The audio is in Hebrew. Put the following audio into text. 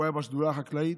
הוא היה בשדולה החקלאית.